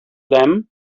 them